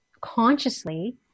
consciously